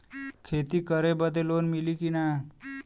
खेती करे बदे लोन मिली कि ना?